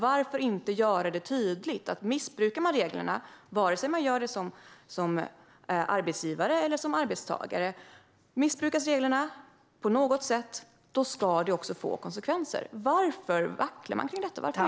Varför inte göra det tydligt att om reglerna missbrukas på något sätt ska det få konsekvenser, oavsett om det är arbetsgivare eller arbetstagare som gör det? Varför vackla kring detta? Varför är det frivilligt?